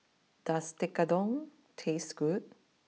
does Tekkadon taste good